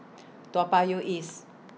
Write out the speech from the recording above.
Toa Payoh East